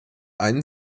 einen